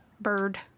bird